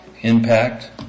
impact